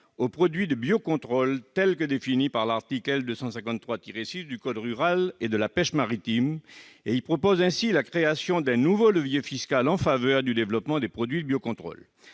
aux produits de biocontrôle, tels qu'ils sont définis à l'article L. 253-6 du code rural et de la pêche maritime. Est ainsi proposée la création d'un nouveau levier fiscal en faveur du développement des produits de biocontrôle.